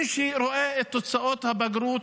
-- מי שרואה את תוצאות הבגרות,